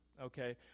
Okay